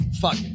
Fuck